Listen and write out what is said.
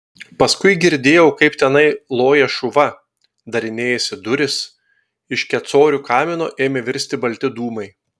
paskui girdėjau kaip tenai loja šuva darinėjasi durys iš kecorių kamino ėmė virsti balti dūmai